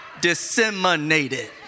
Disseminated